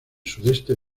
sudeste